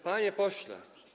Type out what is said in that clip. Panie Pośle!